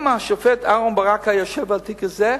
אם השופט אהרן ברק היה יושב בתיק הזה,